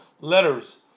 letters